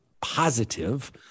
positive